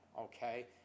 okay